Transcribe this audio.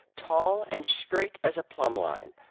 tall and straight as a plumb line.